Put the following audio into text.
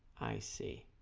i see